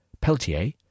Peltier